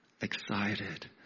excited